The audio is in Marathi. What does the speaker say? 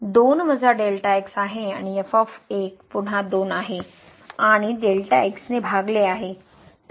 हे 2 आहे आणि f पुन्हा 2 आहे आणि ने भागले आहे